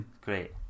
Great